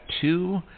two